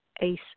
Ace